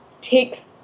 takes